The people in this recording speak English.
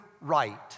right